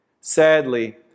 sadly